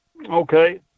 Okay